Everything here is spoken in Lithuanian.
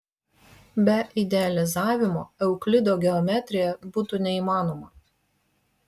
be idealizavimo euklido geometrija būtų neįmanoma